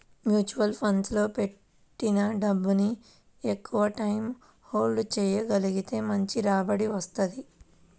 mutual ఫండ్లలో పెట్టిన డబ్బుని ఎక్కువటైయ్యం హోల్డ్ చెయ్యగలిగితే మంచి రాబడి వత్తది